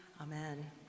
Amen